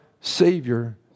Savior